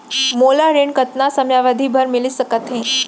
मोला ऋण कतना समयावधि भर मिलिस सकत हे?